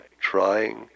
trying